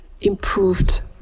improved